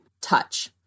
touch